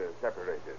separated